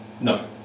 No